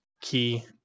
key